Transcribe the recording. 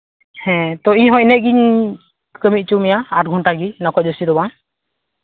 ᱦᱮᱸ ᱛᱚ ᱤᱧᱦᱚᱸ ᱤᱱᱟᱹᱜ ᱜᱤᱧ ᱠᱟᱟᱹᱢᱤ ᱦᱚᱪᱚ ᱢᱮᱭᱟ ᱟᱴ ᱜᱷᱚᱱᱴᱟᱜᱮ ᱱᱚᱣᱟ ᱠᱷᱚᱡ ᱡᱟᱹᱥᱛᱤ ᱫᱚ ᱵᱟᱝ